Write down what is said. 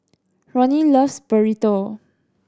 Ronnie loves Burrito